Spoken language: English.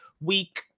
Week